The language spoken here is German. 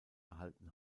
erhalten